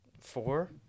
four